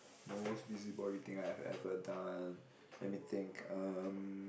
most busybody thing I've ever done let me think um